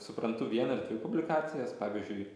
suprantu vieną ar dvi publikacijas pavyzdžiui